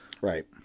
Right